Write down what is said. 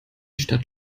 stadt